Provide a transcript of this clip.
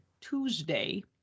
Tuesday